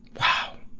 wow!